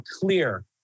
clear